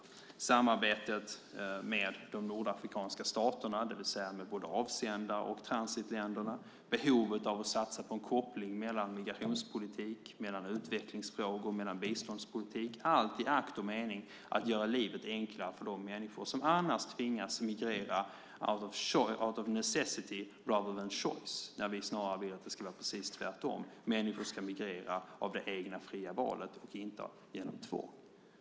Det gäller samarbetet med de nordafrikanska staterna, det vill säga både avsändare och transitländer, och behovet av att satsa på en koppling mellan migrationspolitik, utvecklingsfrågor och biståndspolitik, allt i akt och mening att göra livet enklare för de människor som annars tvingas emigrera out of necessity rather than choice . Vi vill snarare att det ska vara precis tvärtom: Människor ska migrera av det egna fria valet, inte genom tvång.